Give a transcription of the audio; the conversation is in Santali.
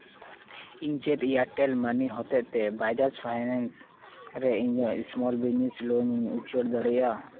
ᱤᱧ ᱪᱮᱫ ᱮᱭᱟᱨᱴᱮᱞ ᱢᱟᱹᱱᱤ ᱦᱚᱛᱮᱡᱛᱮ ᱵᱟᱡᱟᱡᱽ ᱯᱷᱟᱭᱱᱮᱱᱥ ᱨᱮ ᱤᱧᱟᱹᱜ ᱥᱢᱚᱞ ᱵᱤᱡᱽᱱᱮᱥ ᱞᱳᱱᱤᱧ ᱩᱪᱟᱹᱲ ᱫᱟᱲᱮᱭᱟᱜᱼᱟ